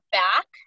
back